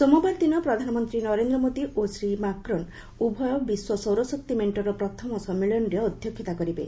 ସୋମବାର ଦିନ ପ୍ରଧାନମନ୍ତ୍ରୀ ନରେନ୍ଦ୍ ମୋଦି ଓ ଶୀ ମାକ୍ନନ୍ ବିଶ୍ୱ ସୌରଶକ୍ତି ମେଣ୍ଟର ପ୍ରଥମ ସମ୍ମିଳନୀରେ ଉଭୟ ଅଧ୍ୟକ୍ଷତା କରିବେ